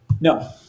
No